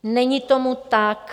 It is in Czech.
Není tomu tak.